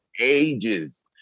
ages